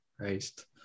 christ